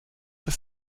for